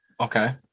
Okay